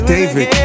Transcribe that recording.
David